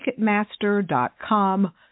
Ticketmaster.com